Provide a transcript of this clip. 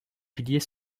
piliers